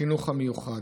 והחינוך המיוחד.